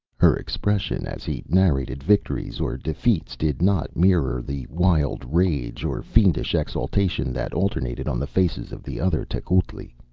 her expression, as he narrated victories or defeats, did not mirror the wild rage or fiendish exultation that alternated on the faces of the other tecuhltli.